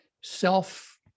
self